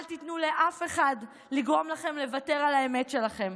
אל תיתנו לאף אחד לגרום לכם לוותר על האמת שלכם.